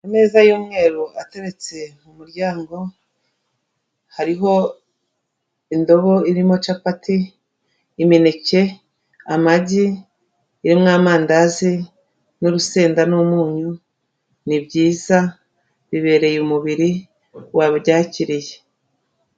Ameza y'umweru ateretse mu muryango hariho indobo irimo capati, imineke, amagi, irimo amandazi n'urusenda n'umunyu ni byiza bibereye umubiri wabyakiriye.